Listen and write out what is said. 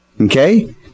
Okay